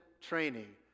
training